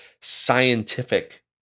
scientific